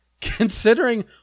considering